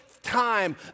time